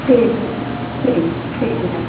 ठीक ठीक ठीक ठीक बेटा